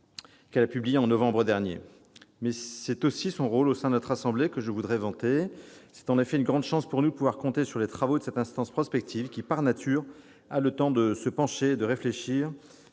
qu'elle a publié en novembre dernier. Mais c'est aussi son rôle au sein de notre assemblée que je voudrais vanter. C'est en effet une grande chance pour nous de pouvoir compter sur les travaux de cette instance prospective qui, par nature, a le temps de se pencher et de réfléchir